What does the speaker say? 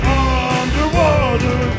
underwater